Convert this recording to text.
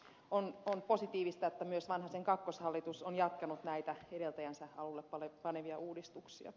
on positiivista että myös vanhasen kakkoshallitus on jatkanut näitä edeltäjänsä alullepanemia uudistuksia